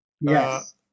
Yes